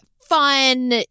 fun